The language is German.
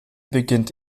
beginnt